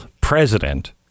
president